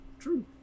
true